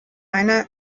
eine